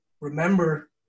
remember